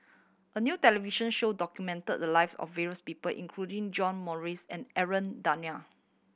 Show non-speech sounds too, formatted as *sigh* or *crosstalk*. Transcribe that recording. a new television show documented the lives of various people including John Morrice and Aaron *unintelligible*